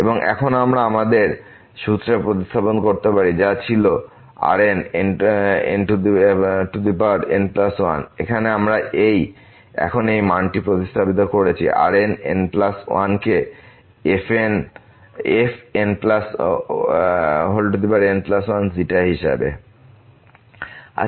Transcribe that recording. এবং এখন আমরা আমাদের সূত্রে প্রতিস্থাপন করতে পারি যা ছিল Rnn1 এখানে তাই আমরা এখন এই মানটি প্রতিস্থাপিত করেছি Rnn1 কে fn1 হিসাবে